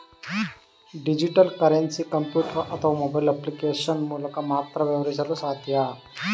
digital currency computer ಅಥವಾ mobile application ಮೂಲಕ ಮಾತ್ರ ವ್ಯವಹರಿಸಲು ಸಾಧ್ಯ